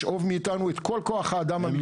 לשאוב מאיתנו את כל כוח האדם המקצועי --- הם